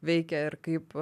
veikia ir kaip